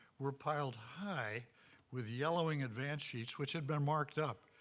were piled high with yellowing advance sheets which had been marked up,